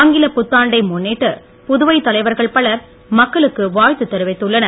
ஆங்கிலப் புத்தாண்டை முன்னிட்டு புதுவை தலைவர்கள் பலர் மக்களுக்கு வாழ்த்து தெரிவித்துள்ளனர்